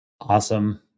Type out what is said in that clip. Awesome